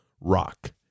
rock